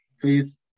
faith